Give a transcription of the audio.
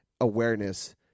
awareness